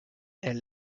elle